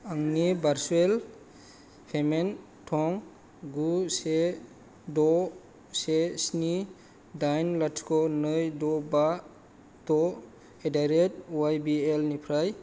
आंनि भारसुयेल पेमेन्ट थं गु से द से स्नि दाइन लाथिख' नै द बा द एडारेट वाइ बि एल निफ्राय